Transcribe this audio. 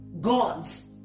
gods